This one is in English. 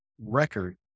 record